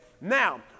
Now